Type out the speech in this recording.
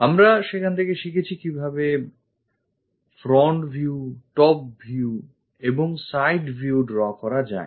আমরা সেখান থেকে শিখেছি কিভাবে front view top view এবং side view draw করা যায়